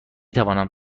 توانم